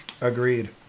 Agreed